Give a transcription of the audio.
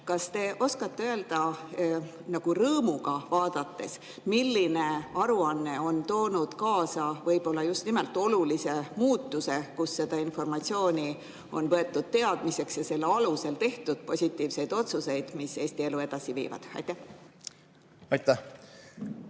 kas te oskate öelda, nagu rõõmuga vaadates, milline aruanne on toonud kaasa just nimelt olulise muutuse, kus see informatsioon on võetud teadmiseks ja selle alusel tehtud positiivseid otsuseid, mis Eesti elu edasi viivad? Austatud